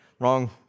Wrong